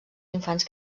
infants